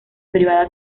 privada